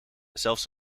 zelfs